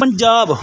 Punjab